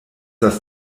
das